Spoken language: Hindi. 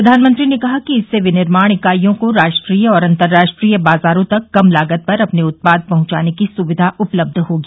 प्रधानमंत्री ने कहा कि इससे विनिर्माण ईकाइयों को राष्ट्रीय और अंतर्राष्ट्रीय बाजारों तक कम लागत पर अपने उत्पाद पहुंचाने की सुविधा उपलब्ध होगी